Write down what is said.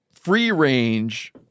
free-range